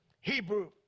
hebrew